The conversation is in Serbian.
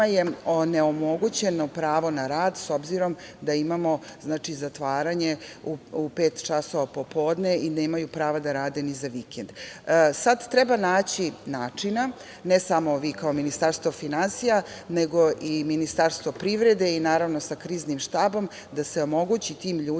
onemogućeno pravo na rad, s obzirom da imamo zatvaranje u pet časova popodne i nemaju prava da rade ni za vikend. Sad treba naći načina, ne samo vi kao Ministarstvo finansija, nego i Ministarstvo privrede i, naravno, sa Kriznim štabom, da se omogući tim ljudima